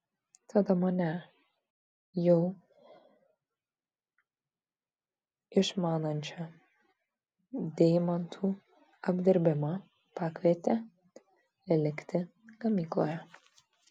tada mane jau išmanančią deimantų apdirbimą pakvietė likti gamykloje